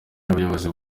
n’ubuyobozi